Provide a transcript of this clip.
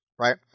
right